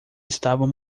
estavam